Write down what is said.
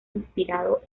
inspirado